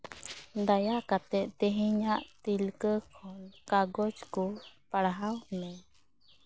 ᱫᱟᱭᱟ ᱠᱟᱛᱮᱫ ᱛᱮᱦᱤᱧ ᱟᱜ ᱛᱤᱞᱠᱟᱹ ᱠᱟᱜᱚᱡᱽ ᱠᱚ ᱯᱟᱲᱦᱟᱣ ᱢᱮ